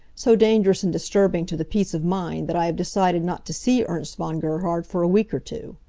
so dangerous and disturbing to the peace of mind that i have decided not to see ernst von gerhard for a week or two.